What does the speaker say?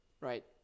right